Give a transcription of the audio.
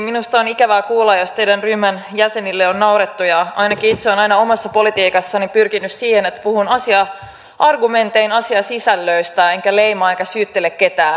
minusta on ikävää kuulla jos teidän ryhmänne jäsenille on naurettu ja ainakin itse olen aina omassa politiikassani pyrkinyt siihen että puhun asia argumentein asiasisällöistä enkä leimaa enkä syyttele ketään